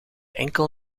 enkel